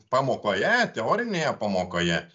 pamokoje teorinėje pamokoje